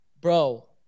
Bro